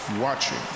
watching